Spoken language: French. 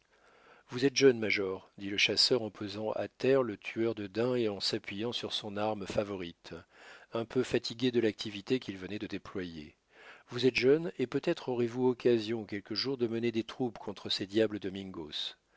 vous êtes jeune major dit le chasseur en posant à terre le tueur de daims et en s'appuyant sur son arme favorite un peu fatigué de l'activité qu'il venait de déployer vous êtes jeune et peut-être aurez-vous occasion quelque jour de mener des troupes contre ces diables de